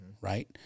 right